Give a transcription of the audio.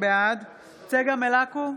בעד צגה מלקו,